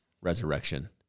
resurrection